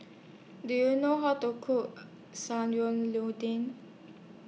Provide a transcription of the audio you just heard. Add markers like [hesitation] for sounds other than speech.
Do YOU know How to Cook [hesitation] Sayur Lodeh